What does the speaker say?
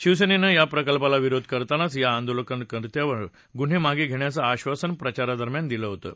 शिवसेनेनं या प्रकल्पाला विरोध करतानाच या आंदोलनकर्त्यावरचे गुन्हे मागे घेण्याचं आबासन प्रचारा दरम्यान दिलं होतं